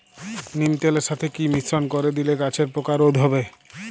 নিম তেলের সাথে কি মিশ্রণ করে দিলে গাছের পোকা রোধ হবে?